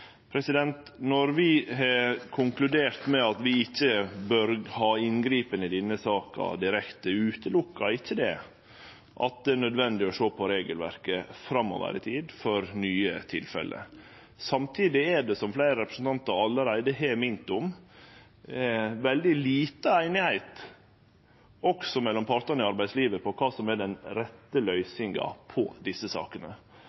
Når vi har konkludert med at vi ikkje bør gripe direkte inn i denne saka, inneber ikkje det at det ikkje er nødvendig å sjå på regelverket framover i tid for nye tilfelle. Samtidig er det, som fleire representantar allereie har mint om, veldig lite einigheit også mellom partane i arbeidslivet om kva som er den rette løysinga på desse sakene.